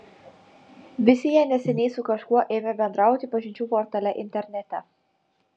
visi jie neseniai su kažkuo ėmė bendrauti pažinčių portale internete